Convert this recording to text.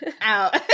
Out